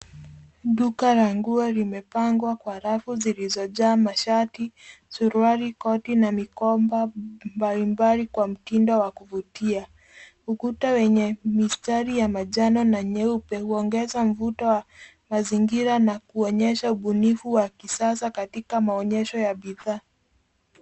Duka la nguo limepangwa kwa rafu zilizojaa mashati, suruali, koti na mikoba mbalimbali kwa mtindo w kuvutia ukuta wenye mistari ya manjano na nyeupe huongeza mvuto wa mazingira na kuonyesha ubunifu wa kisasa katika maonyesho ya bidhaa.